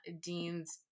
Dean's